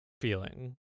feeling